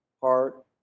heart